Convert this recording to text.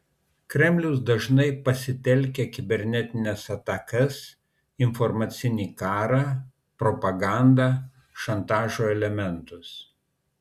kremlius dažniai pasitelkia kibernetines atakas informacinį karą propagandą šantažo elementus